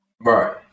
Right